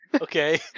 okay